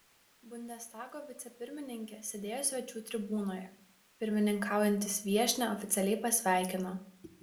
bundestago vicepirmininkė sėdėjo svečių tribūnoje pirmininkaujantis viešnią oficialiai pasveikino